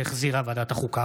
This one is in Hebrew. שהחזירה ועדת החוקה,